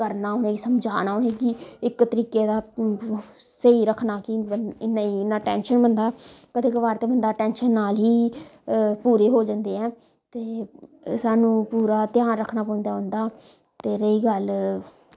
करना उनेंगी समझाना उनेंगी इक तरीके दा स्हेई रक्खना कि इन्ना टैंशन बी होंदा कदें कवार ते बंदा टैंशन नाल ई पूरे हो जंदे ऐं ते स्हानू पूरा ध्यान रक्खना पौंदा उं'दा ते रेही गल्ल